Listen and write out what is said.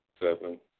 seven